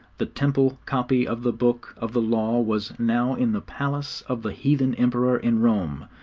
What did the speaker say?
the temple copy of the book of the law was now in the palace of the heathen emperor in rome,